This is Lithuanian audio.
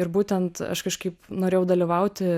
ir būtent aš kažkaip norėjau dalyvauti